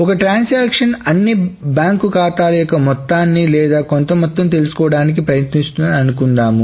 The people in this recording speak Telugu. ఒక ట్రాన్సాక్షన్ అన్ని బ్యాంకు ఖాతాల యొక్క మొత్తాన్ని లేదా కొంత మొత్తం తెలుసుకోవడానికి ప్రయత్నిస్తుంది అని అనుకుందాం